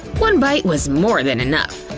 one bite was more than enough.